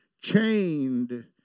chained